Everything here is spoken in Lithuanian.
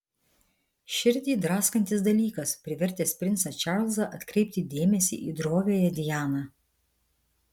širdį draskantis dalykas privertęs princą čarlzą atkreipti dėmesį į droviąją dianą